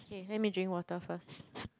okay let me drink water first